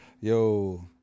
Yo